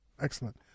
Excellent